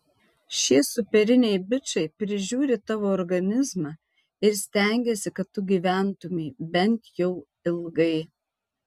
šie superiniai bičai prižiūri tavo organizmą ir stengiasi kad tu gyventumei bent jau ilgai